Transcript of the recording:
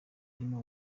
harimo